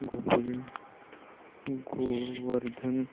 Gul Govardhan